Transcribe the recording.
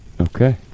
Okay